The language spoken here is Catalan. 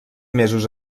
mesos